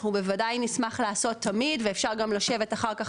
אנחנו בוודאי נשמח לעשות תמיד ואפשר גם לשבת אחר כך,